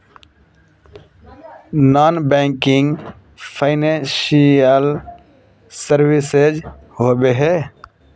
Non banking financial services होबे है?